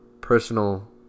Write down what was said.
personal